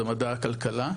שזה מדע הכלכלה,